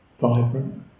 vibrant